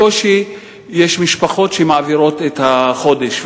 יש משפחות שבקושי מעבירות את החודש.